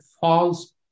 false